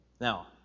Now